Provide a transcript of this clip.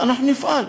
אנחנו נפעל.